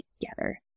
together